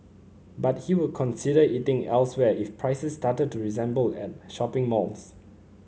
but he would consider eating elsewhere if prices started to resemble at shopping malls